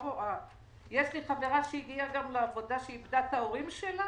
יש לי חברה שאיבדה את ההורים שלה.